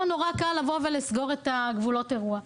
פה נורא קל לבוא ולסגור את גבולות האירוע.